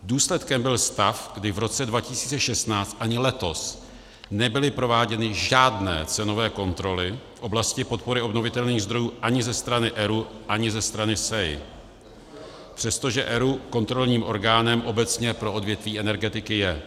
Důsledkem byl stav, kdy v roce 2016 ani letos nebyly prováděny žádné cenové kontroly v oblasti podpory obnovitelných zdrojů ani ze strany ERÚ, ani ze strany SEI, přestože ERÚ kontrolním orgánem obecně pro odvětví energetiky je.